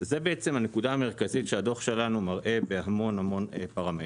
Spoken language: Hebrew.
זו הנקודה המרכזית שהדוח שלנו בהמון המון פרמטרים.